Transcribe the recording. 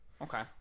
okay